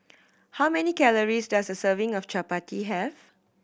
how many calories does a serving of chappati have